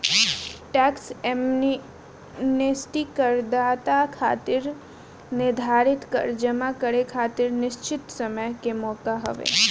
tax amnesty करदाता खातिर निर्धारित कर जमा करे खातिर निश्चित समय के मौका हवे